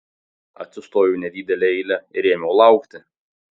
atsistojau į nedidelę eilę ir ėmiau laukti